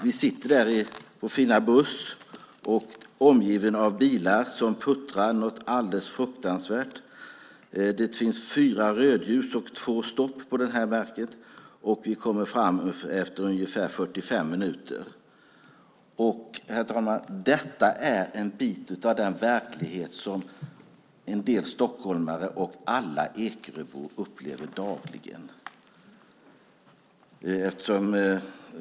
Vi sitter i vår fina buss omgiven av bilar som puttrar alldeles förskräckligt. Det finns fyra rödljus och två stopp på sträckan, och vi kommer fram efter ungefär 45 minuter. Detta, herr talman, är en bit av den verklighet som en del stockholmare och alla Ekeröbor upplever dagligen.